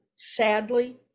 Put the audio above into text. Sadly